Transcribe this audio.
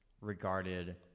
regarded